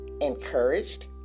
encouraged